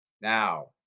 Now